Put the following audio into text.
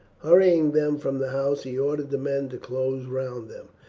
hurrying them from the house he ordered the men to close round them,